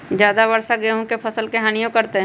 ज्यादा वर्षा गेंहू के फसल के हानियों करतै?